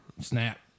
snap